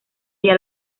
ella